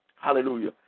Hallelujah